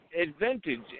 advantage